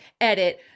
edit